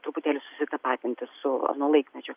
truputėlį susitapatinti su ano laikmečio